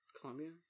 Colombia